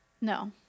No